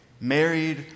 married